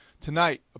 tonight